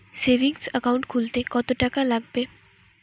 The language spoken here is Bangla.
সেভিংস একাউন্ট খুলতে কতটাকা লাগবে?